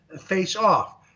face-off